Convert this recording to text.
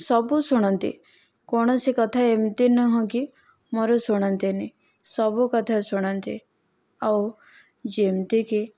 ସବୁ ଶୁଣନ୍ତି କୌଣସି କଥା ଏମିତି ନୁହଁ କି ମୋର ଶୁଣନ୍ତିନି ସବୁ କଥା ଶୁଣନ୍ତି ଆଉ ଯେମିତିକି